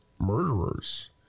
murderers